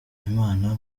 imana